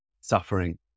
suffering